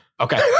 Okay